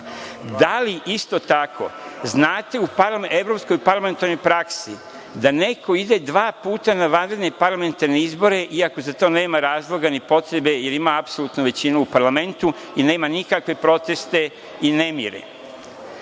li isto tako znate u evropskoj parlamentarnoj praksi da neko ide dva puta na vanredne parlamentarne izbore iako za to nema razloga, ni potrebe, jer ima apsolutnu većinu u parlamentu i nema nikakve proteste i nemire?